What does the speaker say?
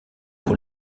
pour